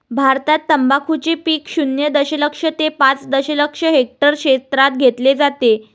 भारतात तंबाखूचे पीक शून्य दशलक्ष ते पाच दशलक्ष हेक्टर क्षेत्रात घेतले जाते